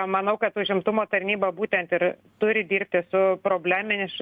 manau kad užimtumo tarnyba būtent ir turi dirbti su problemiš